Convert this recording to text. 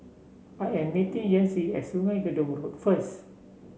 I am meeting Yancy at Sungei Gedong Road first